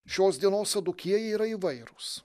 šios dienos sadukiejai yra įvairūs